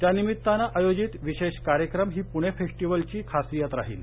त्यानिभित्तानं आयोजित विशेष कार्यक्रम ही पुणे फेस्टीव्हलची खासियत राहील